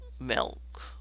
milk